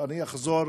אני אחזור.